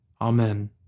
Amen